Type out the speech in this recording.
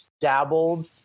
dabbled